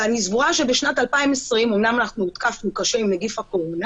ואני סבורה שבשנת 2020 אומנם אנחנו הותקפנו קשה עם נגיף הקורונה